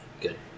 Good